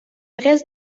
reste